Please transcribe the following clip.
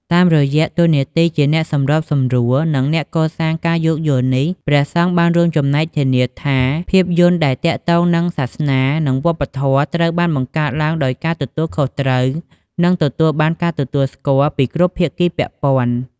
តាមរយៈតួនាទីជាអ្នកសម្របសម្រួល និងអ្នកកសាងការយោគយល់នេះ ព្រះសង្ឃបានរួមចំណែកធានាថា ភាពយន្តដែលទាក់ទងនឹងសាសនា និងវប្បធម៌ត្រូវបានបង្កើតឡើងដោយការទទួលខុសត្រូវ និងទទួលបានការទទួលស្គាល់ពីគ្រប់ភាគីពាក់ព័ន្ធ។